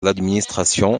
l’administration